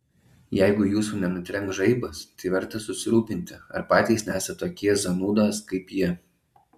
jeigu jūsų nenutrenks žaibas tai verta susirūpinti ar patys nesat tokie zanūdos kaip ji